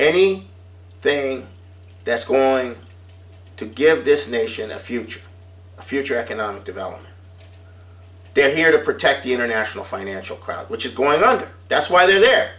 any thing that's going to give this nation a future future economic development they're here to protect the international financial crowd which is going on that's why they're there